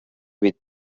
with